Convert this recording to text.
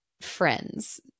friends